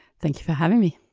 thank you for having me